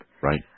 Right